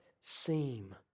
seem